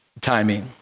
timing